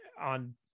on